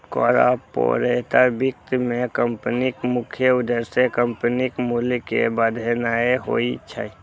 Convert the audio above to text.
corporate वित्त मे कंपनीक मुख्य उद्देश्य कंपनीक मूल्य कें बढ़ेनाय होइ छै